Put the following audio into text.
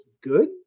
good